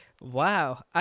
Wow